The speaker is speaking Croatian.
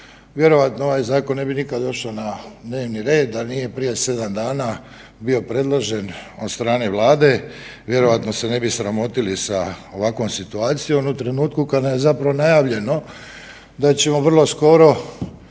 Vjerojatno ovaj zakon ne bi nikad došao na dnevni red da nije prije 7 dana bio predložen od strane Vlade, vjerojatno se ne bi sramotili sa ovakvom situacijom u trenutku kada nam je zapravo najavljeno da ćemo vrlo skoro